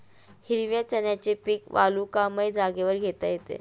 हिरव्या चण्याचे पीक वालुकामय जागेवर घेता येते